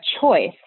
choice